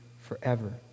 forever